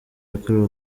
yakorewe